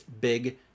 big